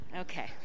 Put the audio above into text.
Okay